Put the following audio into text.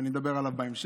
ואני אדבר על כך בהמשך,